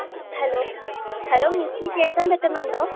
hello hello മിസ്സേ കേൾക്കാന് പറ്റുന്നുണ്ടോ